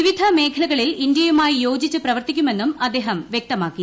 വിവിധ മേഖലകളിൽ ഇന്ത്യയുമായി യോജിച്ച് പ്രവർത്തിക്കുമെന്നും അദ്ദേഹം വൃക്തമാക്കി